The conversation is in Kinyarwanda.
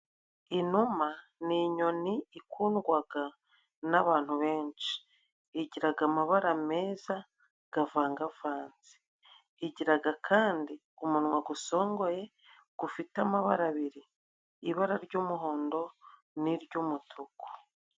Inuma ni inyoni ikundwaga n'abantu benshi. Igiraga amabara meza gavangavanze, igiraga kandi umunwa gusongoye gufite amabara abiri: ibara ry'umuhondo, n'iry'umutuku.